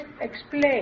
explain